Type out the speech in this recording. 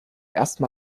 ersten